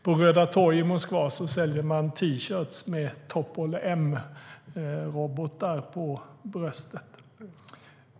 På Röda torget i Moskva säljer man T-shirtar med Topol-M-robotar på bröstet.